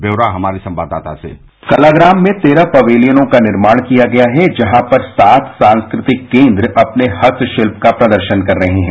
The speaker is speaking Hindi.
व्योरा हमारे संवाददाता से कलाग्राम में तेरह पबेलियनों का निर्माण किया गया है जहां पर सात सास्कृतिक केन्द्र अपने हस्त शिल्प का प्रदर्शन कर रहे हैं